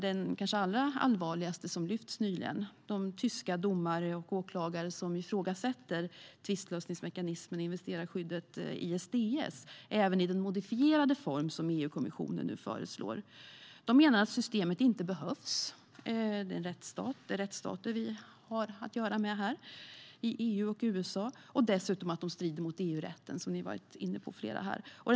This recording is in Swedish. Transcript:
Den kanske allra allvarligaste som nyligen lyfts fram är de tyska domare och åklagare som ifrågasätter tvistlösningsmekanismer och investerarskyddet ISDS även i den modifierade form som EU-kommissionen nu föreslår. De menar att systemet inte behövs i EU och USA - det är rättsstater vi har att göra med här - och att det dessutom strider mot EU-rätten, som flera här har varit inne på.